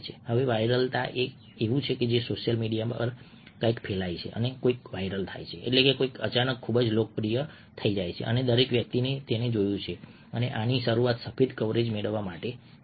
હવે વાયરલતા એ છે જ્યાં સોશિયલ મીડિયા પર કંઈક ફેલાય છે કંઈક વાઈરલ થાય છે એટલે કંઈક અચાનક ખૂબ જ લોકપ્રિય થઈ જાય છે અને દરેક વ્યક્તિએ તેને જોયું છે કે આની શરૂઆત સફેદ કવરેજ મેળવવા માટે થાય છે